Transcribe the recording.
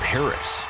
Paris